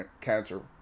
cancer